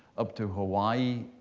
up to hawaii,